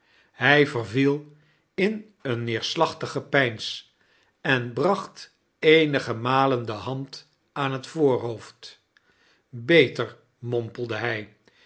hij verviel in een neerslachtig gepeins en bracht eenige malen de hand aan het voorhoofd beter mompelde hij